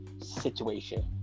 situation